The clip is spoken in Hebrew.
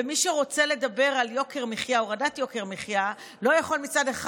ומי שרוצה לדבר על יוקר מחיה או הורדת יוקר מחיה לא יכול מצד אחד